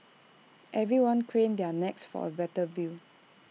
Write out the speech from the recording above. everyone craned their necks for A better view